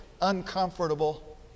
uncomfortable